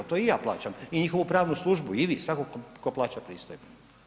To i ja plaćam i njihovu pravnu službu, i vi, svatko tko plaća pristojbu.